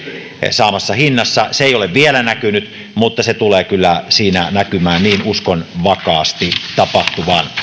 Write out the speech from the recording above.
saamassa hinnassa se ei ole vielä näkynyt mutta se tulee kyllä siinä näkymään niin uskon vakaasti tapahtuvan